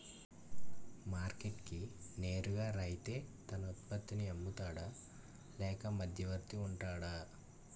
Market కి నేరుగా రైతే తన ఉత్పత్తి నీ అమ్ముతాడ లేక మధ్యవర్తి వుంటాడా?